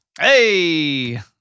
Hey